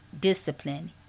discipline